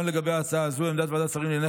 גם לגבי הצעה זו עמדת ועדת שרים לענייני